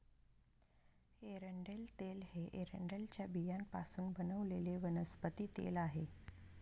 एरंडेल तेल हे एरंडेलच्या बियांपासून बनवलेले वनस्पती तेल आहे